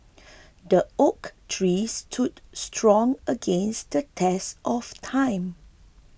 the oak tree stood strong against the test of time